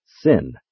Sin